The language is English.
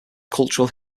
cultural